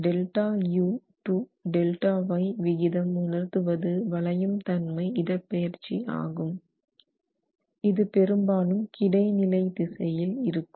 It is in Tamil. Δu to Δy விகிதம் உணர்த்துவது வளையும் தன்மை இடப்பெயர்ச்சி ஆகும் இது பெரும் பெரும்பாலும் கிடைநிலை திசையில் இருக்கும்